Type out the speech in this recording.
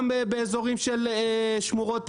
גם באזורים של שמורות טבע,